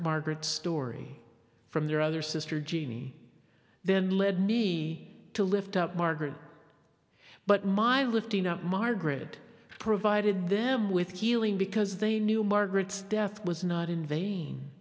margaret's story from their other sister jean then lead me to lift up margaret but my lifting up margaret provided them with healing because they knew margaret's death was not in vain